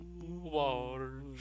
water